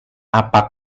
apa